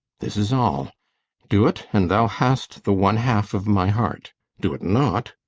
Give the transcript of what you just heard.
this is all do't, and thou hast the one-half of my heart do't not,